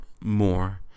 more